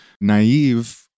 naive